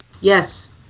Yes